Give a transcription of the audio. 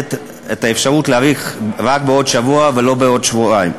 ולתת את האפשרות להאריך רק בשבוע ולא בשבועיים.